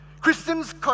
Christians